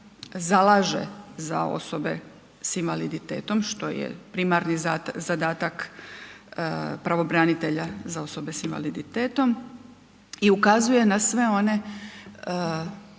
zalaže za osobe s invaliditetom što je primarni zadatak pravobranitelja za osobe s invaliditetom i ukazuje na sve one